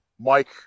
Mike